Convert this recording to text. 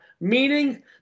meaning